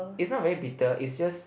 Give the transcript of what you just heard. it's not very bitter it's just